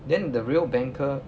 then the real banker